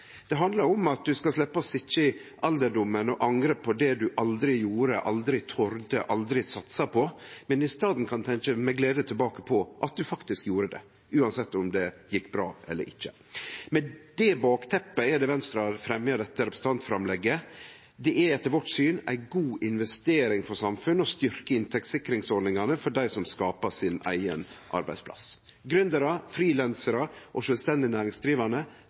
Det handlar om at du skal sleppe å sitje i alderdommen og angre på det du aldri gjorde, aldri torde, aldri satsa på – men i staden kan tenkje med glede tilbake på at du faktisk gjorde det, uansett om det gjekk bra eller ikkje. Med det bakteppet er det Venstre har fremja dette representantframlegget. Det er etter vårt syn ei god investering for samfunnet å styrkje inntektssikringsordningane for dei som skaper sin egen arbeidsplass. Gründerar, frilansarar og sjølvstendig næringsdrivande